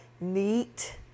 neat